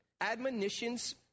admonitions